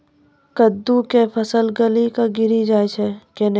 कददु के फल गली कऽ गिरी जाय छै कैने?